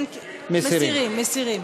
כן, מסירים, מסירים.